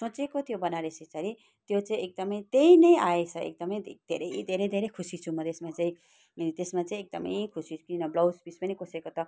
सोचेको त्यो बनारसी सारी त्यो चाहिँ एकदमै त्यही नै आएछ एकदमै धेरै धेरै खुसी छु म त्यसमा चाहिँ त्यसमा चाहिँ एकदमै खुसी छु किनभने ब्लाउज पिस पनि कसैको त